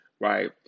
right